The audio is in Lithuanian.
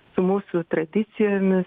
su mūsų tradicijomis